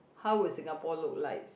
how is Singapore look likes